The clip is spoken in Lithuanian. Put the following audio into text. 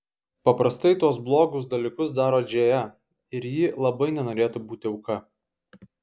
paprastai tuos blogus dalykus daro džėja ir ji labai nenorėtų būti auka